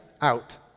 out